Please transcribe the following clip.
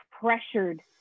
pressured